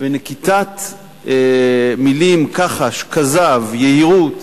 ונקיטת מלים, "כחש", "כזב", "יהירות"